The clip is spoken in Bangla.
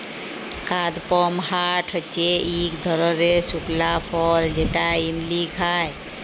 কাদপমহাট হচ্যে ইক ধরলের শুকলা ফল যেটা এমলি খায়